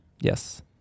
Yes